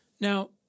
Now